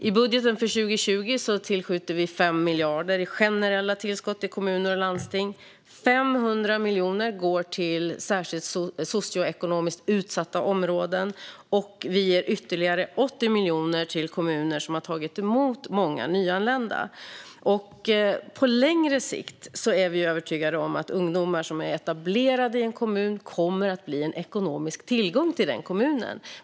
I budgeten för 2020 tillskjuter vi 5 miljarder i generella tillskott till kommuner och landsting, och 500 miljoner går till särskilt socioekonomiskt utsatta områden. Vi ger ytterligare 80 miljoner till kommuner som har tagit emot många nyanlända. På längre sikt är vi övertygade om att ungdomar som är etablerade i en kommun kommer att bli en ekonomisk tillgång för den kommunen.